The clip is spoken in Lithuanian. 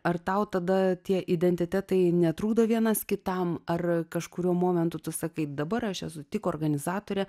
ar tau tada tie identitetai netrukdo vienas kitam ar kažkuriuo momentu tu sakai dabar aš esu tik organizatorė